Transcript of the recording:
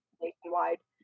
nationwide